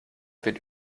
wird